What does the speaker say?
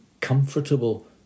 comfortable